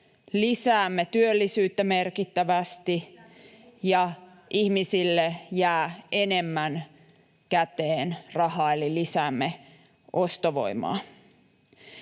Lisäätte kehitysapumäärää!] ja ihmisille jää enemmän käteen rahaa eli lisäämme ostovoimaa.